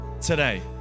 today